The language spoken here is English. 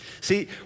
See